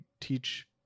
teach